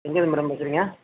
எங்கேருந்து மேடம் பேசுகிறீங்க